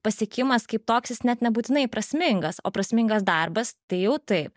pasiekimas kaip toks jis net nebūtinai prasmingas o prasmingas darbas tai jau taip